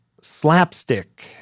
slapstick